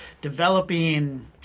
developing